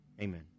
Amen